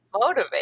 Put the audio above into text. motivate